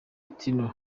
tino